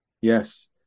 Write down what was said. Yes